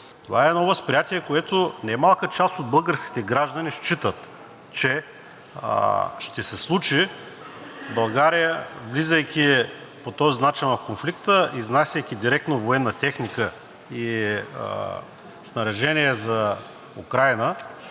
Това е едно възприятие, за което немалка част от българските граждани считат, че ще се случи. България, влизайки по този начин в конфликта, изнасяйки директно военна техника и снаряжение за Украйна,